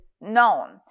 known